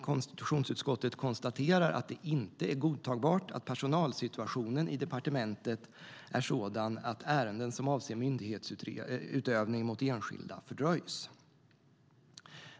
Konstitutionsutskottet konstaterar att det inte är godtagbart att personalsituationen i departementet är sådan att ärenden som avser myndighetsutövning mot enskilda fördröjs.